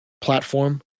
platform